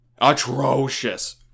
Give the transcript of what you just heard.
atrocious